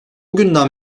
günden